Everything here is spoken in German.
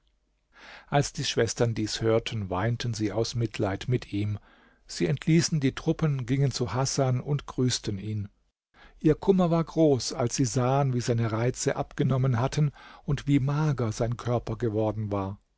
als die schwestern dies hörten weinten sie aus mitleid mit ihm sie entließen die truppen gingen zu hasan und grüßten ihn ihr kummer war groß als sie sahen wie seine reize abgenommen hatten und wie mager sein körper geworden war